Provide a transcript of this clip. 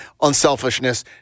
unselfishness